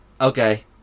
okay